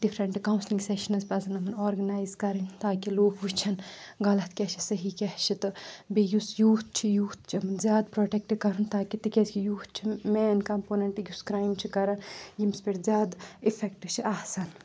different counselling sessions پزن organise کرٕنۍ تاکہِ لُکھ وٕچھن غَلط کیاہ چھُ صحیح کیاہ چھُ تہٕ بہٕ یُس یوٗتھ چھ یوٗتھ چھُ زِیادٕ پروڈیکٹ کران تاکہِ تِکیازِ یوٗتھ چھِ مین کَمپونیٹ یُس کرٛایم چھُ کران ییٚمِس پیٹھ زِیادٕ اِفیٚکٹ چھ آسان